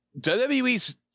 WWE's